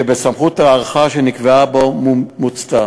שסמכות ההארכה שנקבעה בו מוצתה.